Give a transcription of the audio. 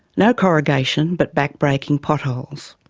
no corrugation but back-breaking potholes.